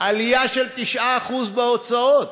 עלייה של 9% בהוצאות.